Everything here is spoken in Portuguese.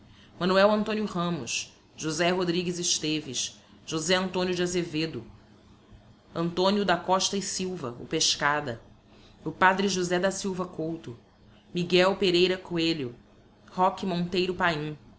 manoel antonio ramos josé rodrigues esteves josé antonio de azevedo antonio da costa e silva o pescada o padre josé da silva couto miguel pereira coelho roque monteiro paim